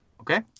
Okay